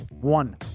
One